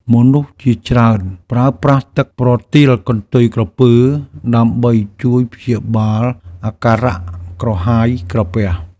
មនុស្សជាច្រើនប្រើប្រាស់ទឹកប្រទាលកន្ទុយក្រពើដើម្បីជួយព្យាបាលអាការៈក្រហាយក្រពះ។